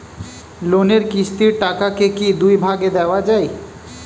লোনের কিস্তির টাকাকে কি দুই ভাগে দেওয়া যায়?